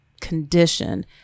condition